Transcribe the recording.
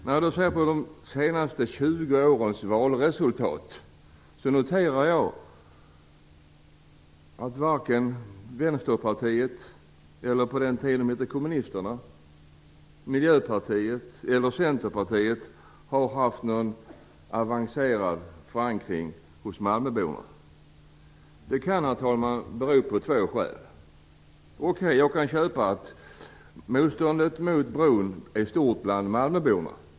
När jag då ser på de 20 senaste årens valresultat, noterar jag att varken Vänsterpartiet - eller Kommunisterna på den tid de hette så, Miljöpartiet eller Centerpartiet har haft någon avancerad förankring bland Detta kan, herr talman, bero på två saker. Jag kan köpa att motståndet mot bron är stort bland Malmöborna.